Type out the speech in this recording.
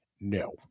no